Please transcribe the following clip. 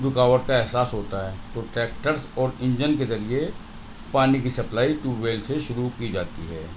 رکاوٹ کا احساس ہوتا ہے تو ٹریکٹرس اور انجن کے ذریعے پانی کی سپلائی ٹیوب ویل سے شروع کی جاتی ہے